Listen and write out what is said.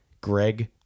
Greg